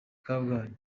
kabgayi